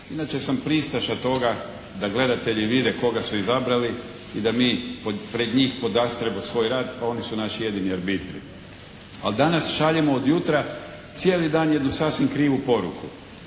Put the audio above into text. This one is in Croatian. Inače sam pristaša toga da gledatelji vide koga su izabrali i da mi pred njih podastremo svoj rad, pa oni su naši jedini arbitri. Ali danas šaljemo od jutra cijelu dan jednu sasvim krivu poruku,